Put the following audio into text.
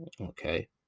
Okay